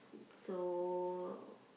so